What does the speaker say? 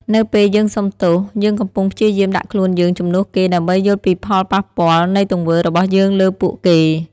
នៅពេលយើងសុំទោស យើងកំពុងព្យាយាមដាក់ខ្លួនយើងជំនួសគេ ដើម្បីយល់ពីផលប៉ះពាល់នៃទង្វើរបស់យើងលើពួកគេ។